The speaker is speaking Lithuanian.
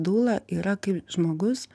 dūla yra kaip žmogus